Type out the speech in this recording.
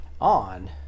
on